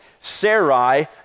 Sarai